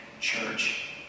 church